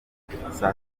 saa